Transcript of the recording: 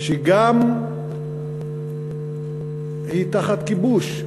שהיא גם תחת כיבוש,